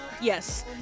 Yes